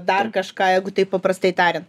dar kažką jeigu taip paprastai tarian